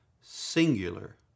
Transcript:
singular